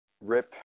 Rip